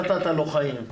נתת לו חיים,